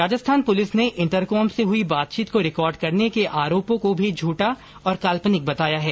Rajasthan police ने intercom से हुई बातचीत को रिकार्ड करने के आरोप को भी झूठा और काल्पनिक बताया है